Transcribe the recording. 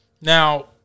Now